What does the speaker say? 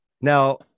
Now